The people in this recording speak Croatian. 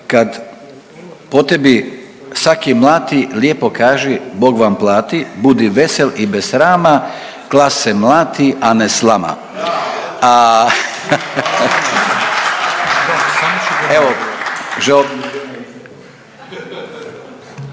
kad po tebi saki mlati lijepo kaži Bog vam plati, budi vesel i bez srama, klase mlati, a ne slama. …/Pljesak/….